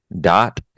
dot